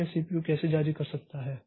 तो यह सीपीयू कैसे जारी कर सकता है